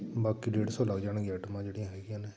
ਬਾਕੀ ਡੇਢ ਸੌ ਲੱਗ ਜਾਣਗੀਆਂ ਆਈਟਮਾਂ ਜਿਹੜੀਆਂ ਹੈਗੀਆਂ ਨੇ